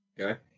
Okay